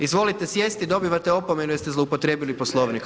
Izvolite sjesti, dobivate opomenu jer ste zloupotrijebili Poslovnik.